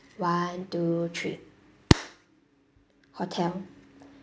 one two three hotel